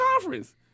conference